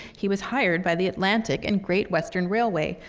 he was hired by the atlantic and great western railway,